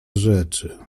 rzeczy